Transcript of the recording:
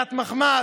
חיית מחמד.